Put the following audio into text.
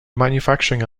manufacturing